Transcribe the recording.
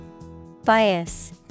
Bias